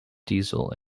diesel